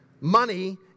money